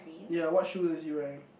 ya what shoe is he wearing